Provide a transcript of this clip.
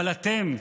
אבל אתם,